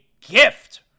gift